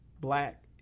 black